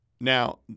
Now